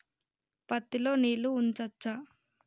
పత్తి లో నీళ్లు ఉంచచ్చా?